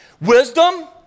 Wisdom